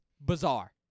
bizarre